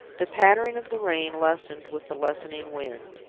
the pattering of the rain lessened with the lessening wind.